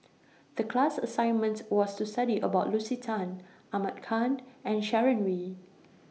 The class assignment was to study about Lucy Tan Ahmad Khan and Sharon Wee